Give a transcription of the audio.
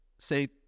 Say